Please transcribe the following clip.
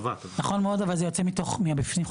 נכון מאוד, אבל זה יוצא מתוך הבפנים.